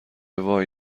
وای